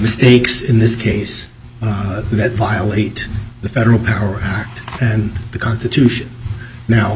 mistakes in this case that violate the federal power act and the constitution now